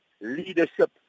leadership